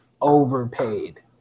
overpaid